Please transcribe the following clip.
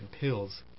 pills